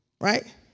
right